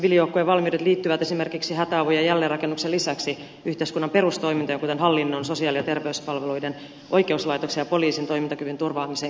siviilijoukkojen valmiudet liittyvät esimerkiksi hätäavun ja jälleenrakennuksen lisäksi yhteiskunnan perustoimintojen kuten hallinnon sosiaali ja terveyspalveluiden oikeuslaitoksen ja poliisin toimintakyvyn turvaamiseen kriisialueella